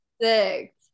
Six